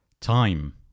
Time